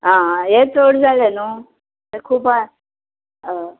आं हें चड जालें न्हू हें खूब आहा हय